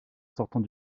sortant